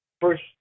First